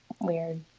weird